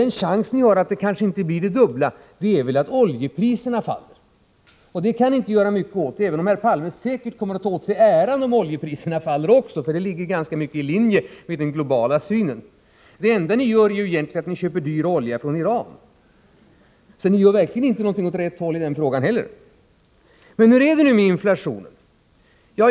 Er chans att inflationen inte skall bli det dubbla är att oljepriserna faller. Det kan socialdemokraterna inte göra mycket åt, även om herr Palme säkert kommer att ta åt sig äran också för det — det ligger i linje med den globala synen. Det enda ni egentligen gör är att ni köper dyr olja från Iran — ni gör alltså verkligen inte någonting åt rätt håll i den frågan heller! Men hur är det nu med inflationen?